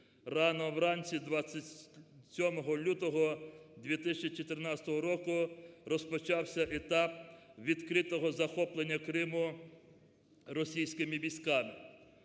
Рано в ранці 27 лютого 2014 року розпочався етап відкритого захоплення Криму російськими військами.